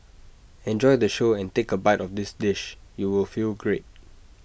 enjoy the show and take A bite of this dish you will feel great